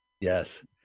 yes